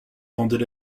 rendait